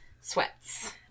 sweats